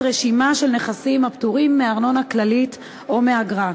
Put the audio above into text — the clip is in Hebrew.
רשימה של נכסים הפטורים מארנונה כללית או מאגרה.